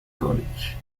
college